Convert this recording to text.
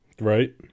Right